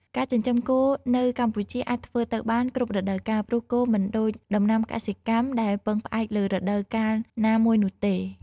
ការចិញ្ចឹមគោនៅកម្ពុជាអាចធ្វើទៅបាន គ្រប់រដូវកាល ព្រោះគោមិនដូចដំណាំកសិកម្មដែលពឹងផ្អែកលើរដូវកាលណាមួយនោះទេ។